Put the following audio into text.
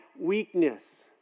weakness